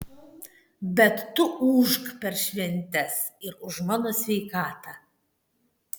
bet tu ūžk per šventes ir už mano sveikatą